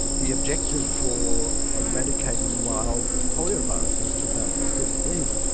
the objective for eradicating wild polio virus was two thousand and fifteen,